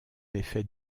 effet